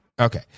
Okay